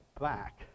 back